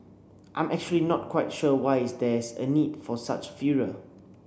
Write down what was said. I'm actually not quite sure why is there's a need for such furor